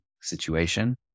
situation